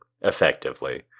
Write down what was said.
effectively